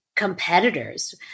Competitors